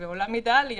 בעולם אידיאלי,